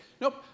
nope